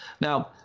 Now